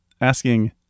asking